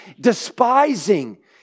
despising